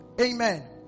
amen